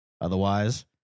otherwise